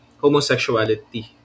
homosexuality